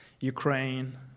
Ukraine